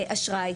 אשראי,